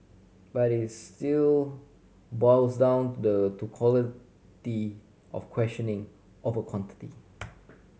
but it still boils down the to quality of questioning over quantity